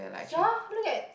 ya look at